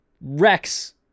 Rex